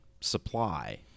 supply